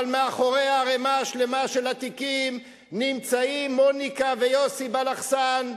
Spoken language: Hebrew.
אבל מאחורי הערימה השלמה של התיקים נמצאים מוניקה ויוסי בלחסן,